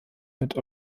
mit